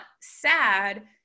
sad